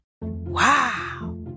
Wow